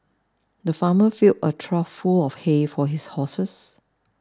the farmer filled a trough full of hay for his horses